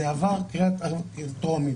זה עבר קריאה טרומית,